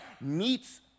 meets